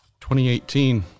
2018